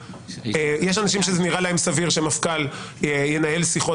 יש אנשים שנראה להם סביר שמפכ"ל ינהל שיחות